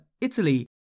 Italy